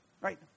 Right